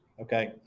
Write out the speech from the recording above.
okay